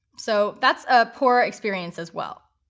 so that's a poor experience as well.